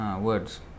words